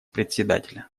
председателя